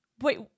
Wait